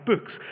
books